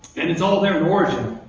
and it's all there in origen,